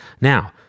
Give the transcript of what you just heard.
Now